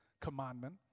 Commandment